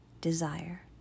Desire